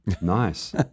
Nice